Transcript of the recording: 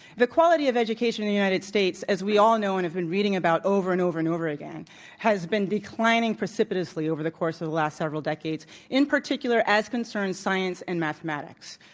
the quality of education in the united states as we all know and have been reading about over and over and over again has been declining precipitously over the course of the last several decades, in particular as concerns science and mathematics.